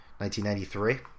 1993